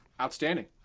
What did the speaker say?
Outstanding